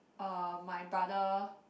uh my brother